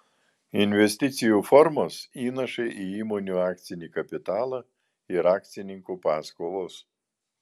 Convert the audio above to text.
investicijų formos įnašai į įmonių akcinį kapitalą ir akcininkų paskolos